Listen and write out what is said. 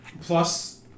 plus